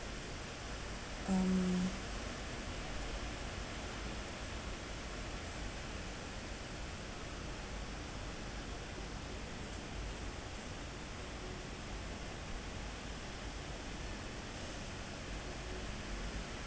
um